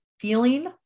Feeling